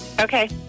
Okay